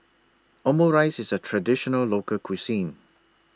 Omurice IS A Traditional Local Cuisine